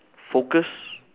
focus